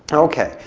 ok,